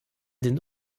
den